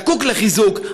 זקוק לחיזוק,